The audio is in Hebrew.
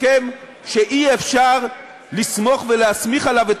הסכם שאי-אפשר לסמוך ולהסמיך עליו את